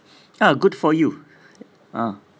ah good for you ah